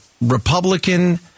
Republican